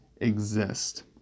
exist